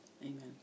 Amen